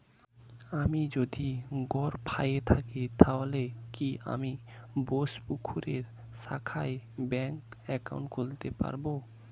আমি যদি গরফায়ে থাকি তাহলে কি আমি বোসপুকুরের শাখায় ব্যঙ্ক একাউন্ট খুলতে পারবো?